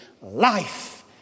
life